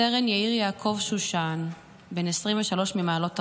סרן יאיר יעקב שושן, בן 23 ממעלות תרשיחא,